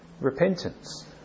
Repentance